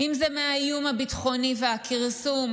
אם זה מהאיום הביטחוני והכרסום